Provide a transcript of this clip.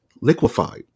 Liquefied